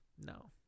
No